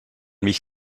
mich